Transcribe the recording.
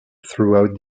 throughout